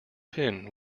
pin